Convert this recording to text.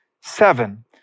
seven